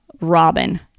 Robin